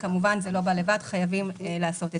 וכמובן זה לא בא לבד, חייבים לעשות את זה.